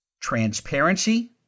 transparency